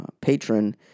patron